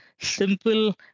simple